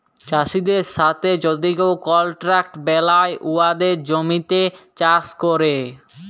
চাষীদের সাথে যদি কেউ কলট্রাক্ট বেলায় উয়াদের জমিতে চাষ ক্যরে